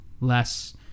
less